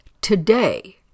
Today